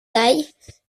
tailles